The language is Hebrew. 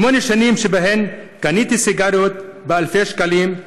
שמונה שנים שבהן קניתי סיגריות באלפי שקלים,